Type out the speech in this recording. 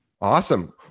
awesome